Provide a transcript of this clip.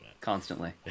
Constantly